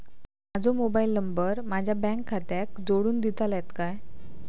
माजो mobile number माझ्या bank खात्याक जोडून दितल्यात काय?